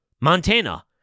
Montana